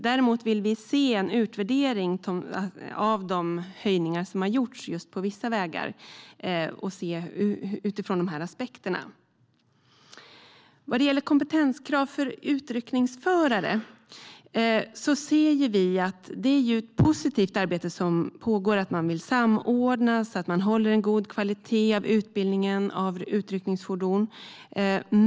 Däremot vill vi utifrån dessa aspekter se en utvärdering av de höjningar som har gjorts på vissa vägar. Vad gäller kompetenskrav för utryckningsförare ser vi att det är ett positivt arbete som pågår. Man vill samordna det hela så att man håller en god kvalitet på utbildningen av förare av utryckningsfordon.